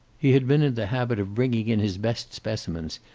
he had been in the habit of bringing in his best specimens,